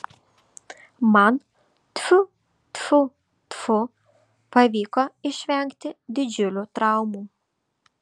man tfu tfu tfu pavyko išvengti didžiulių traumų